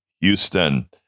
Houston